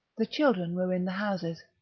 the children were in the houses,